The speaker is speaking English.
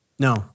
No